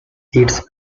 its